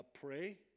pray